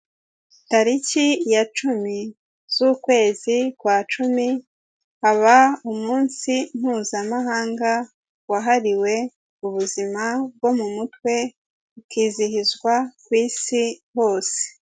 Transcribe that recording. Tariki ya cumi z'ukwezi kwa cumi, haba umunsi mpuzamahanga wahariwe ubuzima bwo mu mutwe, ukizihizwa ku isi hose.